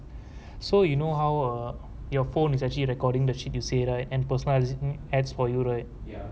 so you know how err your phone is actually recording the shit you say right and adds for you right